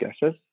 guesses